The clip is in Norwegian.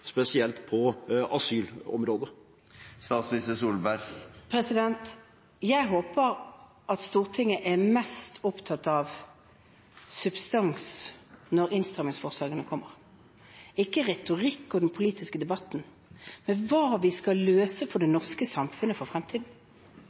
spesielt på asylområdet? Jeg håper at Stortinget er mest opptatt av substans når innstrammingsforslagene kommer, ikke retorikk og den politiske debatten, men hva vi skal løse for det